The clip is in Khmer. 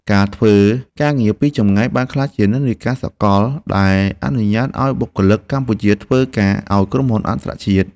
ការធ្វើការងារពីចម្ងាយបានក្លាយជានិន្នាការសកលដែលអនុញ្ញាតឱ្យបុគ្គលិកកម្ពុជាធ្វើការឱ្យក្រុមហ៊ុនអន្តរជាតិ។